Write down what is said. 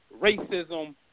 racism